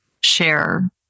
share